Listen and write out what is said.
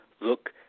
look